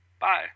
Bye